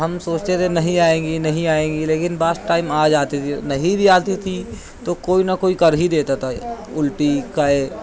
ہم سوچتے تھے نہیں آئیں گی نہیں آئیں گی لیکن بعض ٹائم آ جاتی تھی نہیں بھی آتی تھیں تو کوئی نہ کوئی کر ہی دیتا تھا الٹی قے